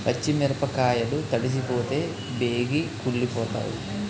పచ్చి మిరపకాయలు తడిసిపోతే బేగి కుళ్ళిపోతాయి